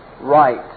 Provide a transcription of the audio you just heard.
right